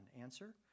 Answer